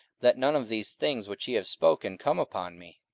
that none of these things which ye have spoken come upon me.